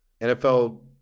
NFL